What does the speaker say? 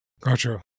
Gotcha